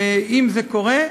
ואם זה קורה,